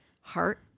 heart